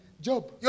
Job